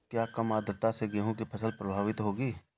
क्या कम आर्द्रता से गेहूँ की फसल प्रभावित होगी?